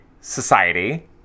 society